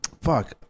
fuck